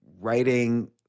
writing